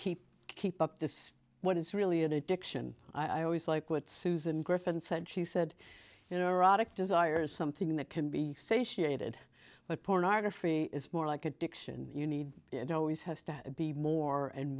keep keep up this what is really an addiction i always like what susan griffin said she said you know erotic desire is something that can be satiated but pornography is more like addiction you need it always has to be more and